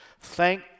Thank